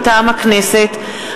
מטעם הכנסת,